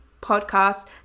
podcast